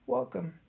Welcome